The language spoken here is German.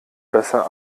besser